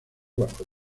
bajo